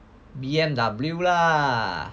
B_M_W lah